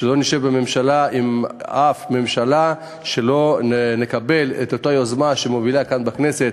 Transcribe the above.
שלא נשב בממשלה שלא תקבל את אותה יוזמה שמובילים כאן בכנסת,